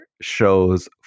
shows